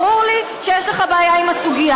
ברור לי שיש לך בעיה עם הסוגיה.